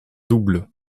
double